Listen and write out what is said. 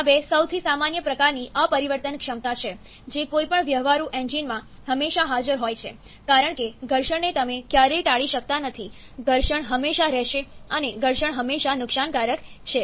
આ બે સૌથી સામાન્ય પ્રકારની અપરિવર્તનક્ષમતા છે જે કોઈપણ વ્યવહારુ એન્જિનમાં હંમેશા હાજર હોય છે કારણ કે ઘર્ષણને તમે ક્યારેય ટાળી શકતા નથી ઘર્ષણ હંમેશા રહેશે અને ઘર્ષણ હંમેશા નુકસાનકારક છે